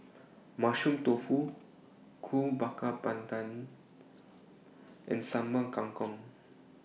Mushroom Tofu Kuih Bakar Pandan and Sambal Kangkong